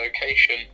location